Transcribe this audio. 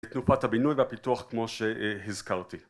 תנופת הבינוי והפיתוח כמו שהזכרתי